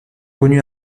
connus